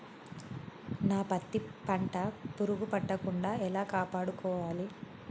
నా పత్తి పంట పురుగు పట్టకుండా ఎలా కాపాడుకోవాలి?